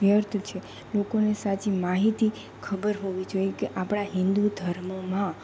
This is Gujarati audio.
વ્યર્થ છે લોકોને સાચી માહિતી ખબર હોવી જોઈએ કે આપણા હિન્દુ ધર્મમાં